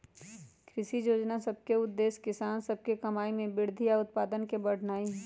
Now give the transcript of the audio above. कृषि जोजना सभ के उद्देश्य किसान सभ के कमाइ में वृद्धि आऽ उत्पादन के बढ़ेनाइ हइ